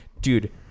dude